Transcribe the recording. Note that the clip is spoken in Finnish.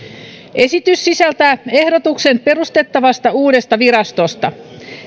esitys sisältää ehdotuksen perustettavasta uudesta virastosta